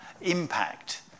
impact